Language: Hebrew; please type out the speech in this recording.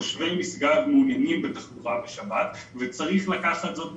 תושבי משגב מעוניינים בתחבורה בשבת וצריך לקחת זאת בחשבון.